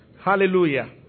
Hallelujah